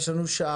יש לנו שעה,